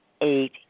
eight